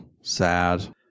Sad